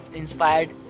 inspired